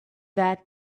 that